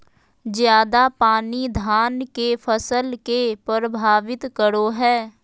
ज्यादा पानी धान के फसल के परभावित करो है?